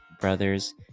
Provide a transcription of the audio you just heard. Brothers